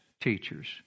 teachers